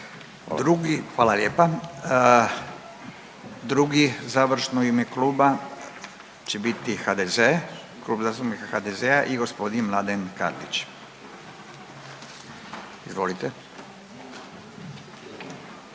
drugi, vala lijepa. Drugi završno u ime kluba će biti HDZ, Klub zastupnika HDZ-a i g. Mladen Karlić, izvolite.